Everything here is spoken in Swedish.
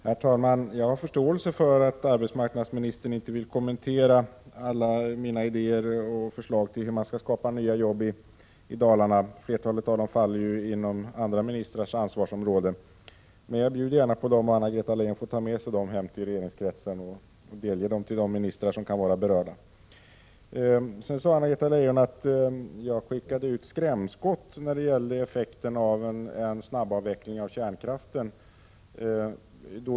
Herr talman! Jag har förståelse för att arbetsmarknadsministern inte vill kommentera alla mina idéer och förslag till hur man skall skapa nya jobb i Dalarna. Flertalet av dem faller ju inom andra ministrars ansvarsområden. Men jag bjuder gärna på dessa idéer — Anna-Greta Leijon får ta dem med sig till regeringskretsen att delges de ministrar som kan vara berörda. Anna-Greta Leijon sade att jag fyrat av skrämskott när det gällde effekten av en snabbavveckling av kärnkraften.